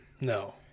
No